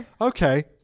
Okay